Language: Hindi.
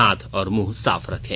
हाथ और मुंह साफ रखें